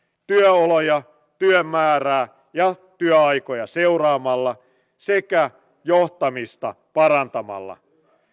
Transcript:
työoloja työn määrää ja työaikoja seuraamalla sekä johtamista parantamalla